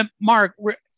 Mark